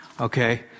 Okay